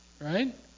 right